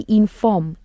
inform